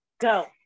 go